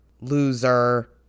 loser